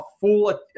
full